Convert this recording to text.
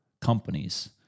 companies